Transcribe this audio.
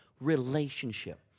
relationship